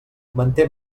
manté